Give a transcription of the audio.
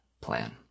plan